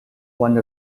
one